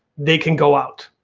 they can go out.